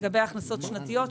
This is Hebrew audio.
לגבי הכנסה שנתית.